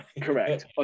Correct